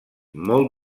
molt